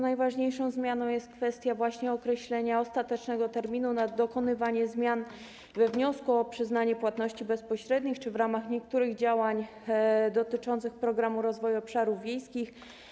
Najważniejszą zmianą jest tu kwestia właśnie określenia ostatecznego terminu na dokonywanie zmian we wniosku o przyznanie płatności bezpośrednich czy w ramach niektórych działań dotyczących Programu Rozwoju Obszarów Wiejskich.